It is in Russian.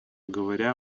говоря